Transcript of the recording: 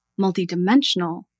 multidimensional